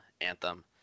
anthem